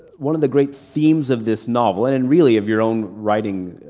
one of the great themes of this novel, and and really of your own writing.